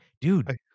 dude